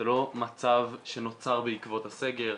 זה לא מצב שנוצר בעקבות הסגר.